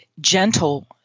gentle